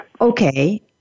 Okay